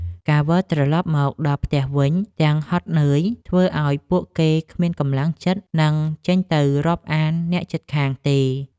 ការវិលត្រលប់មកដល់ផ្ទះវិញទាំងហត់នឿយធ្វើឱ្យពួកគេគ្មានកម្លាំងចិត្តនឹងចេញទៅរាប់អានអ្នកជិតខាងទេ។